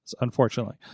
unfortunately